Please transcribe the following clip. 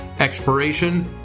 Expiration